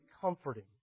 comforting